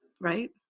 right